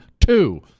two